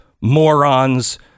morons